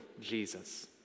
Jesus